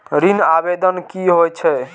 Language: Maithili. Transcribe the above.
ऋण आवेदन की होय छै?